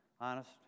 Honest